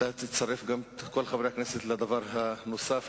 אתם מפרקים את כל הרעיון הסוציאליסטי,